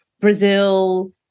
Brazil